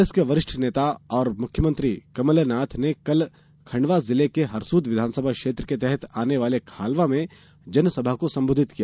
कांग्रेस के वरिष्ठ नेता और मुख्यमंत्री कमलनाथ ने कल खंडवा जिले के हरसूद विधानसभा क्षेत्र के तहत आने वाले खालवा में जनसभा को संबोधित किया